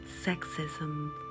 sexism